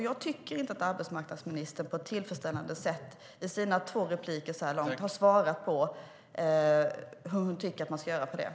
Jag tycker inte att arbetsmarknadsministern på ett tillfredsställande sätt i sina två anföranden så här långt har svarat på hur hon tycker att man ska göra med detta.